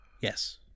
Yes